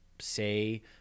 say